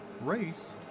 race